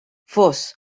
fos